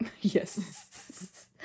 yes